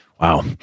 Wow